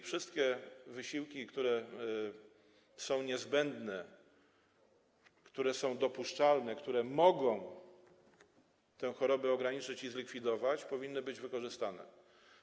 Wszystkie wysiłki, które są niezbędne, które są dopuszczalne, które pomogą tę chorobę ograniczyć i zlikwidować, powinny zostać podjęte.